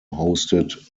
hosted